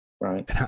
right